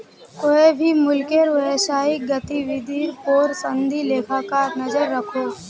कोए भी मुल्केर व्यवसायिक गतिविधिर पोर संदी लेखाकार नज़र रखोह